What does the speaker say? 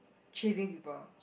chasing people